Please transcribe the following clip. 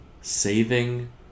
Saving